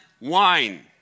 wine